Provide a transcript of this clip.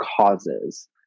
causes